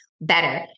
better